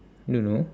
I don't know